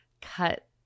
cut